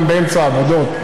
גם באמצע העבודות,